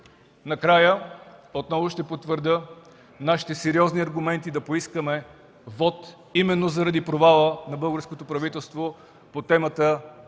Накрая, отново ще потвърдя нашите сериозни аргументи да поискаме вот именно заради провала на българското правителство по темата